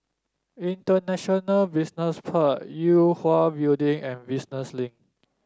International Business Park Yue Hwa Building and Business Link